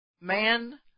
man